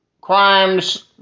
crimes